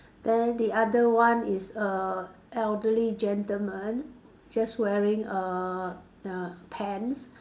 then the other one is a elderly gentlemen just wearing a ya pen